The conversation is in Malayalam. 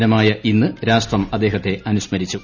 ദിനമായ ഇന്ന് രാഷ്ട്രം അദ്ദേഹത്തെ അനുസ്മരിച്ചു